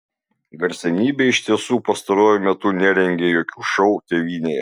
garsenybė iš tiesų pastaruoju metu nerengė jokių šou tėvynėje